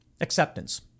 acceptance